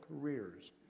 careers